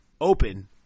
open